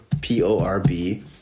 P-O-R-B